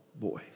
voice